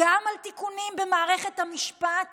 גם בתיקונים במערכת המשפט